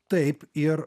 taip ir